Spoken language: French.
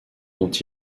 dont